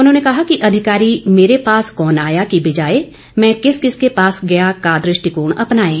उन्होंने कहा कि अधिकारी मेरे पास कौन आया की बजाए मैं किस किस के पास गया का दृष्टिकोण अपनाएं